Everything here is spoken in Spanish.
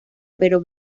pero